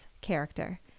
character